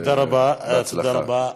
תודה רבה.